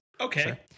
Okay